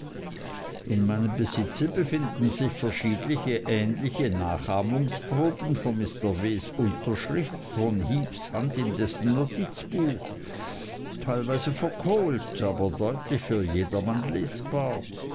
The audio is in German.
in meinem besitze befinden sich verschiedne ähnliche nachahmungsproben von mr ws unterschrift von heeps hand in dessen notizbuch teilweise verkohlt aber deutlich für jedermann lesbar